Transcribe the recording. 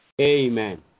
Amen